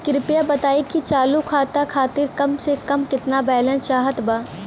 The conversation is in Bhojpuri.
कृपया बताई कि चालू खाता खातिर कम से कम केतना बैलैंस चाहत बा